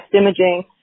imaging